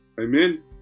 Amen